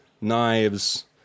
knives